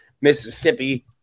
Mississippi